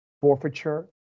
forfeiture